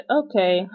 okay